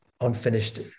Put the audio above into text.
unfinished